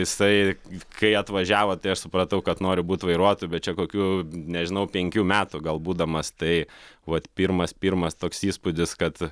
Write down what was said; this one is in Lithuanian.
jisai kai atvažiavo tai aš supratau kad noriu būt vairuotoju bet čia kokių nežinau penkių metų gal būdamas tai vat pirmas pirmas toks įspūdis kad